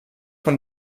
von